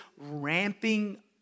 ramping